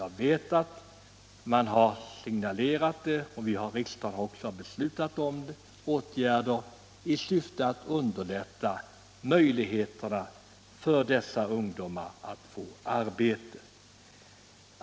Jag vet att man har signalerat sådana och att riksdagen också har beslutat om åtgärder i syfte att underlätta för dessa ungdomar att få arbete.